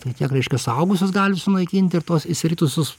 tai tiek reiškia suaugusius gali sunaikinti ir tuos išsiritusius